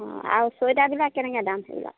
অঁ আৰু চুৱেটাৰবিলাক কেনেকৈ দাম সেইবিলাক